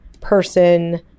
person